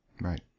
Right